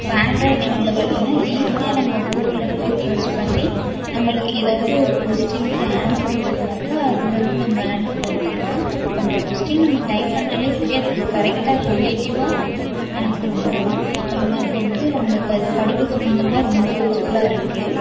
இப்போ ஆண்ட்ராய்டு ஃபோனில் பார்த்திங்கனா ஈஸியாக நம்ம கூகுளில் போய் சர்ச் பண்ணி நம்மளுக்கு ஏதாவது ஒரு கொஸ்ட்டினுக்கு ஆன்ஸர் வேணும்னாக்கா அதிலேருந்து நம்ம ஆன்ஸர் எடுத்துக்கலாம் இப்போ அந்த கொஸ்டின் நம்ம டைப் பண்ணாலே சரி அதுக்கு கரெக்ட்டா ரிலேட்டிவாக ஆன்ஸர் வந்துடும் இப்போ நம்ம அது வந்து நம்மளுக்கு அது படிப்பு சம்மந்தமாக ரொம்ப யூஸ்ஃபுல்லாக இருக்கு